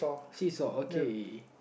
seesaw okay